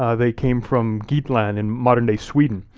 ah they came from geatland in modern-day sweden.